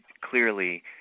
clearly